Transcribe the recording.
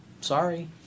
Sorry